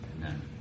Amen